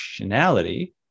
functionality